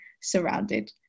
Surrounded